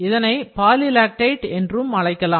இதனை polylactide என்றும் அழைக்கலாம்